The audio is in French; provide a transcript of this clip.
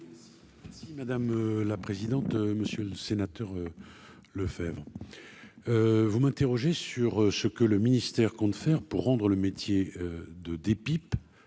Ici. Madame la présidente, monsieur le sénateur Lefèvre vous m'interrogez sur ce que le ministère compte faire pour rendre le métier de des pipes